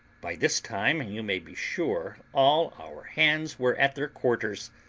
by this time you may be sure all our hands were at their quarters,